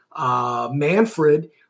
Manfred